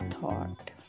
thought